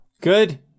Good